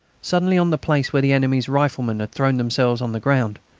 suddenly, on the place where the enemy's riflemen had thrown themselves on the ground,